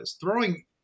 throwing